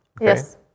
Yes